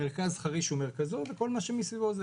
שמרכז חריש הוא מרכזו וכל מה שסביבו זה